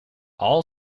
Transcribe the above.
all